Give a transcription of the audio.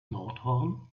nordhorn